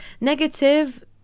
Negative